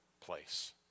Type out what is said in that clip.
place